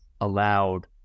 allowed